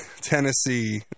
Tennessee